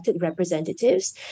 representatives